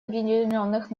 объединенных